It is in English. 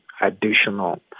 additional